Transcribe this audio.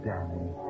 Danny